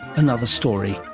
another story,